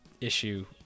issue